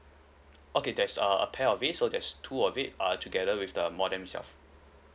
okay there's err a pair of it so there's two of it uh together with the modem itself